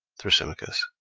thrasymachos.